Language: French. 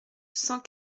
cent